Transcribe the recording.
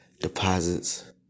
Deposits